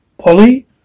Polly